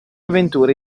avventura